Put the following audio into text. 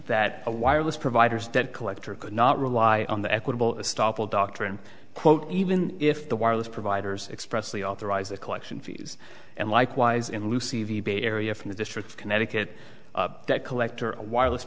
that a wireless providers debt collector could not rely on the equitable stoppel doctrine quote even if the wireless providers expressly authorize the collection fees and likewise in lieu cv bay area from the district of connecticut that collector wireless